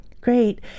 Great